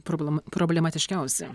problam problematiškiausi